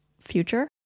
future